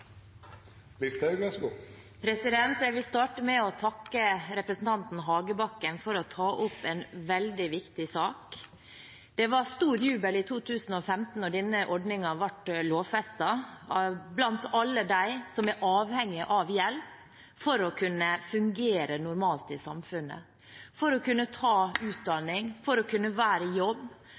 Jeg vil starte med å takke representanten Hagebakken for å ta opp en veldig viktig sak. Det var stor jubel i 2015, da denne ordningen ble lovfestet, blant alle dem som er avhengige av hjelp for å kunne fungere normalt i samfunnet – for å kunne ta utdanning, for å kunne være i jobb,